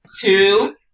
two